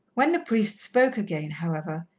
when the priest spoke again, however,